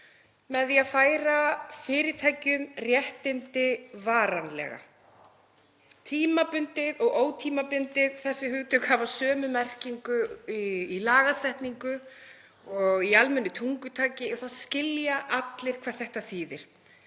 með því að færa fyrirtækjum réttindi varanlega. Tímabundið og ótímabundið, þessi hugtök hafa sömu merkingu í lagasetningu og í almennu tungutaki og það skilja allir hvað þetta þýðir.